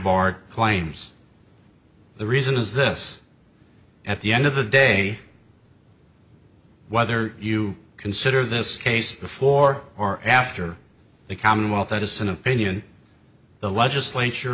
bart claims the reason is this at the end of the day whether you consider this case before or after the commonwealth that is an opinion the legislature